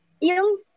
Yung